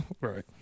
Right